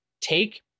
Take